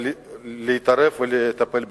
להתערב ולטפל בנושא.